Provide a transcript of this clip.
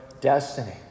destiny